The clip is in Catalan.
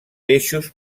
peixos